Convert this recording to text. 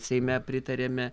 seime pritarėme